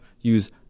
use